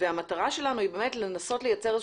והמטרה שלנו היא באמת לנסות לייצר איזה